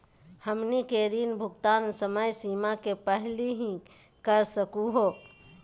हमनी के ऋण भुगतान समय सीमा के पहलही कर सकू हो?